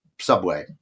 subway